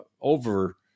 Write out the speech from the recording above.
over